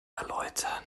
erläutern